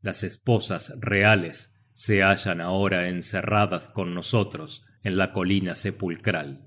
las esposas reales se hallan ahora encerradas con nosotros en la colina sepulcral